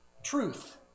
Truth